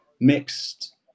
mixed